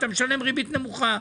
אתה משלם ריבית נמוכה.